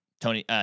Tony